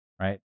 Right